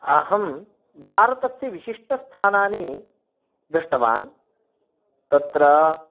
अहं भारतस्य विशिष्टस्थानानि दृष्टवान् तत्र